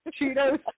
Cheetos